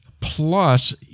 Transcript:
plus